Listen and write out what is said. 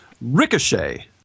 Ricochet